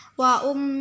waum